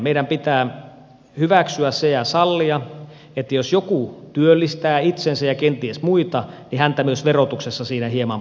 meidän pitää hyväksyä se ja sallia että jos joku työllistää itsensä ja kenties muita niin häntä myös verotuksessa siinä hieman palkitaan